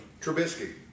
Trubisky